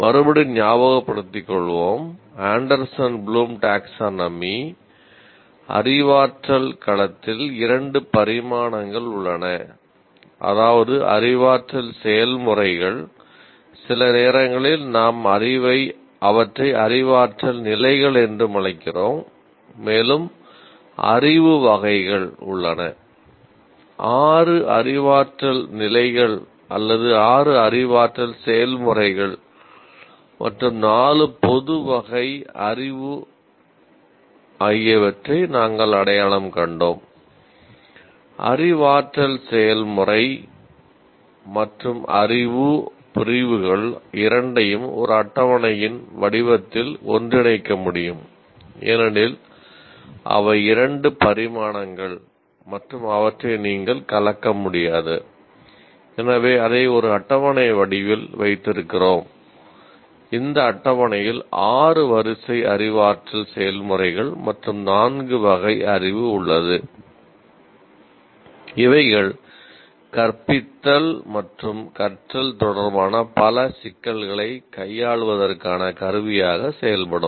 மறுபடி ஞாபகப்படுத்திக் கொள்வோம் ஆண்டர்சன் ப்ளூம் டாக்சோனாமி தொடர்பான பல சிக்கல்களைக் கையாள்வதற்கான கருவியாக செயல்படும்